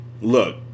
Look